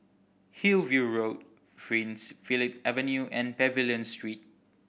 Hillview Road Prince Philip Avenue and Pavilion Street